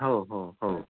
हो हो हो